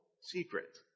secret